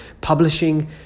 publishing